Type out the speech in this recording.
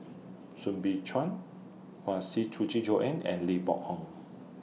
Soo Bin Chuan Huang Joan and Lee Boa Home